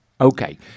Okay